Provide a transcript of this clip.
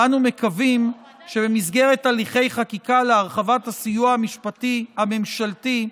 ואנו מקווים שבמסגרת הליכי חקיקה להרחבת הסיוע המשפטי הממשלתי,